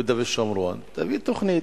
ביהודה ושומרון, תביא תוכנית.